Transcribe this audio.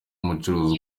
umucuruzi